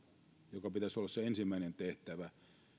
minkä pitäisi olla se ensimmäinen tehtävä